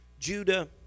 Judah